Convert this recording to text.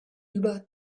über